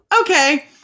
okay